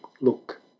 look